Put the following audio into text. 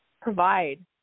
provide